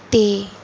ਅਤੇ